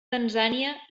tanzània